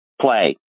play